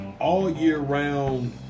all-year-round